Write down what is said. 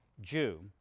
Jew